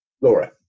laura